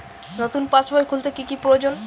নতুন পাশবই খুলতে কি কি প্রয়োজন?